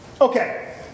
Okay